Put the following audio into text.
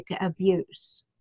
abuse